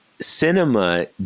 cinema